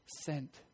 sent